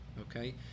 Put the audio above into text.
okay